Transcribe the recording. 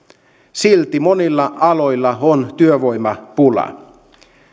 silti monilla aloilla on työvoimapula